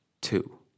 two